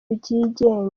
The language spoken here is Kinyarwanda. byigenga